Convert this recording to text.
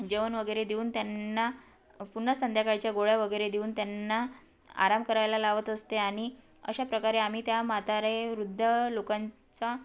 जेवण वगैरे देऊन त्यांना पुन्हा संध्याकाळच्या गोळ्या वगैरे देऊन त्यांना आराम करायला लावत असते आणि अशा प्रकारे आम्ही त्या म्हातारे वृद्ध लोकांचा